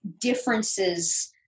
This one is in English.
differences